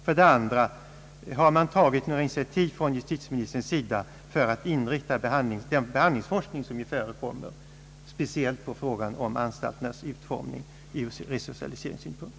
Och den andra: Har man tagit några initiativ från justi tieministerns sida för att inrikta den behandlingsforskning, som ju ändock förekommer, speciellt på frågan om anstalternas utformning ur resocialiseringssynpunkt?